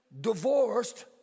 divorced